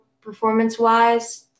performance-wise